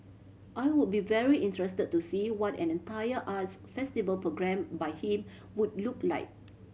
I would be very interested to see what an entire arts festival programme by him would look like